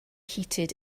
heated